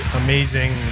amazing